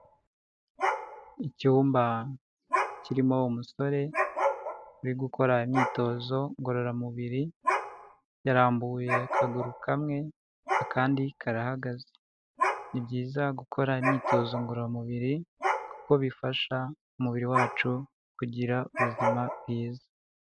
Icyumba kirimo umusore uri gukora imyitozo ngororamubiri, yarambuye akaguru kamwe akandi karahagaze. Ni byiza gukora imyitozo ngororamubiri kuko bifasha umubiri wacu kugira ubuzima bwiza